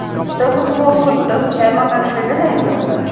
تۄہہِ اوسوٕ فون کوٚرمُت تۄہہِ اوسوٕ شاید مکان خٲطرٕ ڈِزایِن ضٔروٗرت